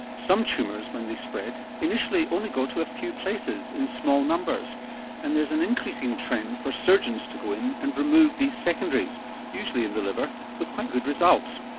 some tumours when they spread initially only go to a few places in small numbers and there's an increasing trend for surgeons to go in and remove these secondaries usually in the liver with quite good results.